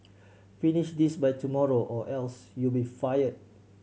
finish this by tomorrow or else you'll be fired